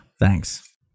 Thanks